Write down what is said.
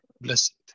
Blessed